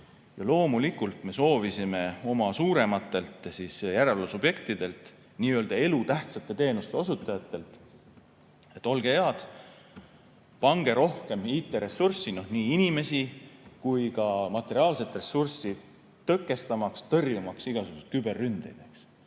Loomulikult me soovisime oma suurematelt järelevalvesubjektidelt, elutähtsate teenuste osutajatelt, et olge head, pange rohkem IT-ressurssi ja nii inimesi kui ka materiaalset ressurssi, tõkestamaks‑tõrjumaks igasuguseid küberründeid.